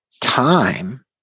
time